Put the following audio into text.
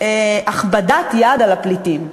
באמצעות הכבדת יד על הפליטים.